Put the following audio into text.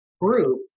group